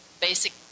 basic